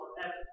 forever